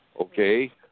okay